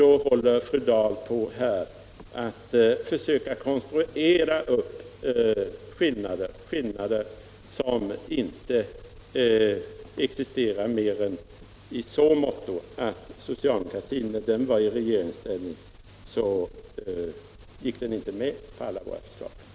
Då försöker fru Dahl här konstruera upp skillnader som inte existerar — mer än i så måtto att socialdemokratin, när den var 1i regeringsställning, inte gick med på alla våra förslag. Allmänpolitisk debatt debatt